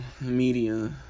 media